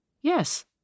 Yes